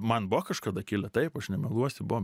man buvo kažkada kilę taip aš nemeluosiu buvo